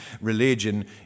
religion